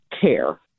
care